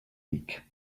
week